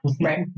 right